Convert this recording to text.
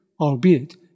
albeit